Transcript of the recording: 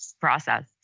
process